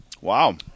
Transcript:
Wow